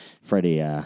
Freddie